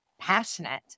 passionate